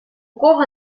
кого